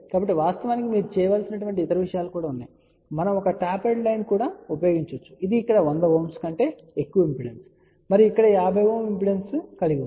కాబట్టి వాస్తవానికి మీరు చేయవలసిన ఇతర విషయాలు కూడా ఉన్నాయి మనం ఒక టాపర్డ్ లైన్ కూడా ఉపయోగించవచ్చు ఇది ఇక్కడ 100 Ω కంటే ఎక్కువ ఇంపిడెన్స్ మరియు ఇక్కడ 50Ω ఇంపిడెన్స్ కలిగి ఉంటుంది